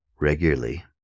regularly